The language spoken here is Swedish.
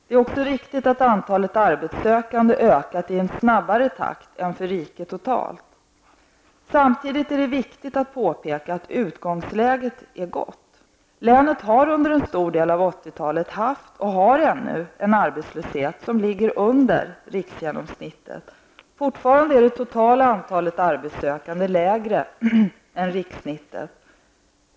Det är också riktigt att antalet arbetssökande ökat i en snabbare takt än för riket totalt. Samtidigt är det viktigt att påpeka att utgångsläget är gott. Länet har under en stor del av 1980-talet haft och har ännu en arbetslöshet som ligger under riksgenomsnittet. Fortfarande är det totala antalet arbetssökande lägre än rikssnittet.